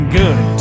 good